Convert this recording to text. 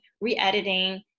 re-editing